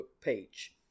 page